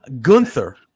Gunther